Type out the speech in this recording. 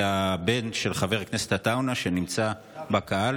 את הבן של חבר הכנסת עטאונה שנמצא בקהל,